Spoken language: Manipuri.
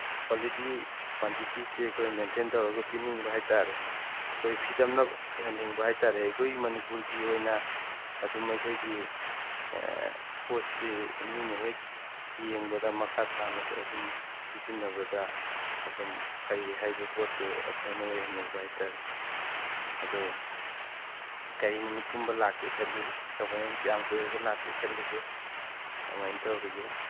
ꯀ꯭ꯋꯥꯂꯤꯇꯤ ꯀ꯭ꯋꯥꯟꯇꯤꯇꯤꯁꯤ ꯑꯩꯈꯣꯏ ꯃꯦꯟꯇꯦꯟ ꯇꯧꯔꯒ ꯄꯤꯅꯤꯡꯕ ꯍꯥꯏꯇꯥꯔꯦ ꯑꯩꯈꯣꯏ ꯐꯤꯗꯝꯅꯐꯝ ꯑꯣꯏꯍꯟꯅꯤꯡꯕ ꯍꯥꯏꯇꯥꯔꯦ ꯑꯩꯈꯣꯏꯒꯤ ꯃꯅꯤꯄꯨꯔꯒꯤ ꯑꯣꯏꯅ ꯑꯗꯨꯝ ꯑꯩꯈꯣꯏꯒꯤ ꯄꯣꯠꯁꯤ ꯃꯤꯅ ꯍꯦꯛ ꯌꯦꯡꯕꯗ ꯃꯈꯥ ꯇꯥꯅꯁꯨ ꯑꯗꯨꯝ ꯁꯤꯖꯤꯟꯅꯕꯗ ꯑꯗꯨꯝ ꯐꯩ ꯍꯥꯏꯕ ꯄꯣꯠꯇꯨ ꯑꯗꯨꯃꯥꯏꯅ ꯑꯣꯏꯍꯟꯅꯤꯡꯕ ꯍꯥꯏ ꯇꯥꯔꯦ ꯑꯗꯨ ꯀꯩ ꯅꯨꯃꯤꯠꯀꯨꯝꯕ ꯂꯥꯛꯀꯦ ꯈꯜꯂꯤ ꯑꯃꯥꯏꯅ ꯀꯌꯥꯝ ꯀꯨꯏꯔꯒ ꯂꯥꯛꯀꯦ ꯈꯜꯂꯤꯒꯦ ꯀꯃꯥꯏꯅ ꯇꯧꯔꯤꯒꯦ